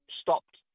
stopped